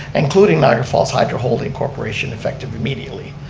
including niagara falls hydro holding corporation effective immediately.